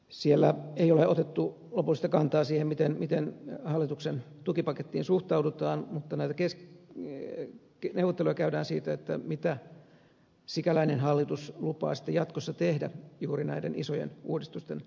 siellä ei ole otettu lopullista kantaa siihen miten hallituksen tukipakettiin suhtaudutaan mutta näitä neuvotteluja käydään siitä mitä sikäläinen hallitus lupaa sitten jatkossa tehdä juuri näiden isojen uudistusten aikaansaamiseksi